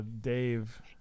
Dave